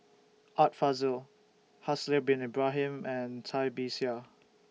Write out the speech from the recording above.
Art Fazil Haslir Bin Ibrahim and Cai Bixia